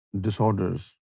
disorders